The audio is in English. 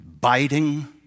biting